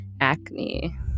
acne